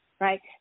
Right